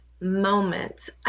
moment